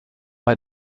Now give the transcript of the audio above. bei